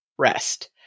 rest